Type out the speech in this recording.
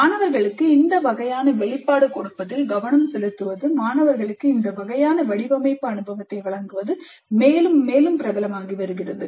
மாணவர்களுக்கு இந்த வகையான வெளிப்பாடு கொடுப்பதில் கவனம் செலுத்துவது மாணவர்களுக்கு இந்த வகையான வடிவமைப்பு அனுபவத்தை வழங்குவது மேலும் மேலும் பிரபலமாகி வருகிறது